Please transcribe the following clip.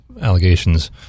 allegations